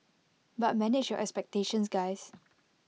but manage your expectations guys